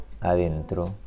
adentro